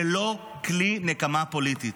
זה לא כלי נקמה פוליטי,